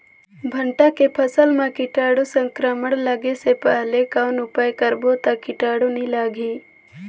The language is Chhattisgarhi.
भांटा के फसल मां कीटाणु संक्रमण लगे से पहले कौन उपाय करबो ता कीटाणु नी लगही?